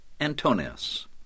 Antonius